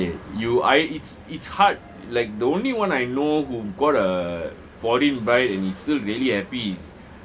eh you I it's it's hard like the only one I know who got a foreign bride and he's still really happy is